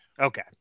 Okay